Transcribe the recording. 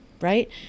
right